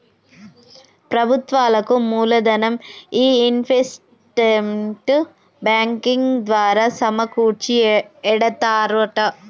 ప్రభుత్వాలకు మూలదనం ఈ ఇన్వెస్ట్మెంట్ బ్యాంకింగ్ ద్వారా సమకూర్చి ఎడతారట